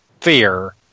fear